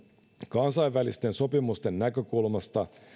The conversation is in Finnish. kansainvälisten sopimusten näkökulmasta